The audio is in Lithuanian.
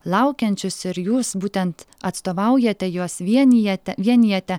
laukiančius ir jūs būtent atstovaujate juos vienijate vienijate